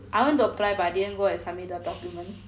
I want to apply but I didn't go submit the document